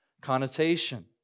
connotation